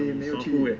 !wah! 你 sua ku leh